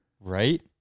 right